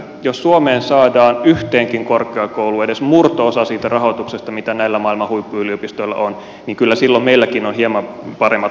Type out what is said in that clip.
jos suomeen saadaan yhteenkin korkeakouluun edes murto osa siitä rahoituksesta mitä näillä maailman huippuyliopistoilla on niin kyllä silloin meilläkin on hieman paremmat mahdollisuudet pärjätä